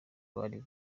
bari